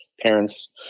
parents